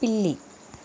పిల్లి